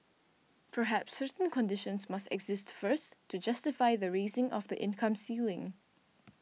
perhaps certain conditions must exist first to justify the raising of the income ceiling